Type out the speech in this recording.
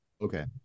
Okay